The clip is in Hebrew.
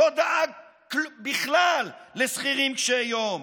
לא דאג בכלל לשכירים קשי יום,